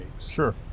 Sure